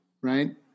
right